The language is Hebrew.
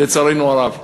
לצערנו הרב.